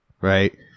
Right